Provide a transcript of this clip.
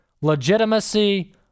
legitimacy